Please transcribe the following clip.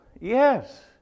Yes